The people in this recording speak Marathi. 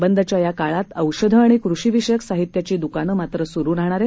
बंदच्या या काळात औषध आणि कृषीविषयक साहित्याची दुकाने मात्र सुरू राहणार आहेत